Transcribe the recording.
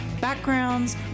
backgrounds